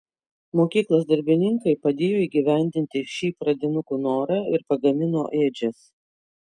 mokyklos darbininkai padėjo įgyvendinti šį pradinukų norą ir pagamino ėdžias